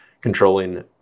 controlling